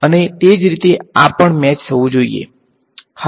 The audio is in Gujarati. અહીં અને તે જ રીતે આ પણ મેચ થવુ જોઈએ હા